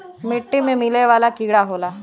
मिट्टी में मिले वाला कीड़ा होला